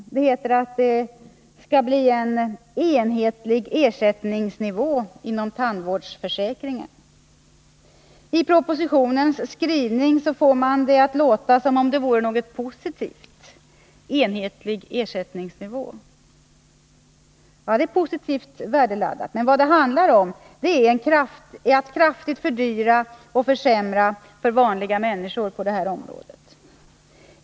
Regeringen säger att det skall bli en ”enhetlig ersättningsnivå inom tandvårdsförsäkringen”. I propositionens skrivning får man detta med enhetlig ersättningsnivå att låta som om det vore något positivt. Ja, det är positivt värdeladdat, men vad det handlar om är att på det här området kraftigt fördyra och försämra för vanliga människor.